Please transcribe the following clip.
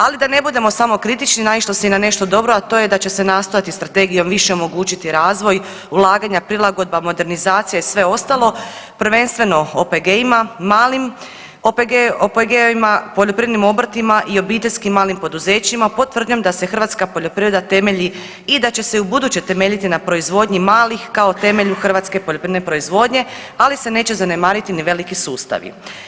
Ali da ne budemo samo kritični naišlo se i na nešto dobro, a to je da će se nastojati strategijom više omogućiti razvoj, ulaganja, prilagodba, modernizacija i sve ostalo prvenstveno OPG-ima, malim OPG-ovima poljoprivrednim obrtima i obiteljskim malim poduzećima pod tvrdnjom da se hrvatska poljoprivreda temelji i da će se ubuduće temeljiti na proizvodnji malih kao temelju hrvatske poljoprivredne proizvodnje, ali se neće zanemariti ni veliki sustavi.